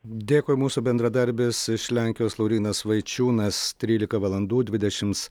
dėkui mūsų bendradarbis iš lenkijos laurynas vaičiūnas trylika valandų dvidešimts